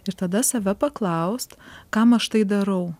ir tada save paklaust kam aš tai darau